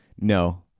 no